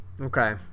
Okay